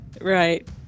Right